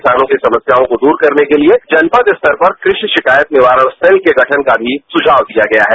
किसानों की समस्या को दूर करने के लिए जनपद स्तर पर कृषि शिकायत निवारण सेल के गठन का भी सुझाव दिया गया है